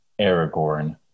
Aragorn